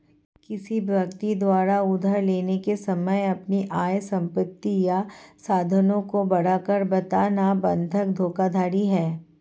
किसी व्यक्ति द्वारा उधार लेने के समय अपनी आय, संपत्ति या साधनों की बढ़ाकर बताना बंधक धोखाधड़ी है